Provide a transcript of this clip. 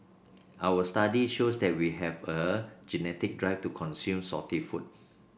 our study shows that we have a genetic drive to consume salty food